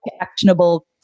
actionable